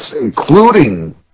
including